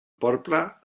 porpra